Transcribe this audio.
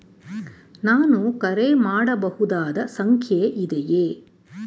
ನಾನು ಕರೆ ಮಾಡಬಹುದಾದ ಸಂಖ್ಯೆ ಇದೆಯೇ?